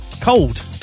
Cold